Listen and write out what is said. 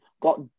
got